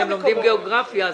כשאתם לומדים גאוגרפיה,